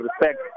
respect